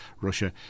Russia